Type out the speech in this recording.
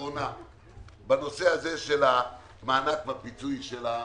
בנושא הזה של המענק והפיצוי למטפלות.